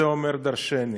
זה אומר דרשני.